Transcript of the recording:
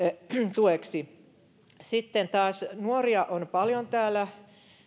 tueksi sitten taas nuoria on paljon täällä